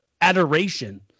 adoration